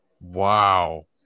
Wow